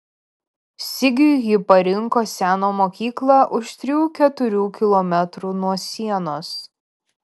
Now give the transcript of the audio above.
sigiui ji parinko seną mokyklą už trijų keturių kilometrų nuo sienos